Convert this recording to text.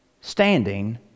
standing